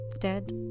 dead